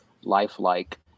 lifelike